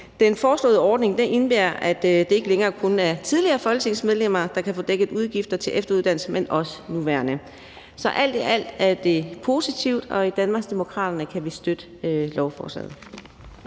Den foreslåede ordning indebærer, at det ikke længere kun er tidligere folketingsmedlemmer, der kan få dækket udgifter til efteruddannelse, men også nuværende medlemmer. Så alt i alt er det positivt, og i Danmarksdemokraterne kan vi støtte lovforslaget.